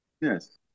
yes